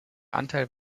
anteil